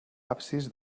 absis